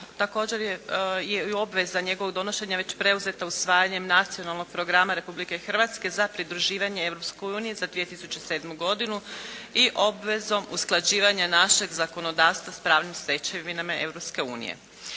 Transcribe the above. također je obveza njegova donošenja već preuzeta usvajanjem Nacionalnog programa Republike Hrvatske za pridruživanje Europskoj uniji za 2007. godinu i obvezom usklađivanja našeg zakonodavstva s pravnim stečevinama